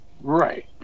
right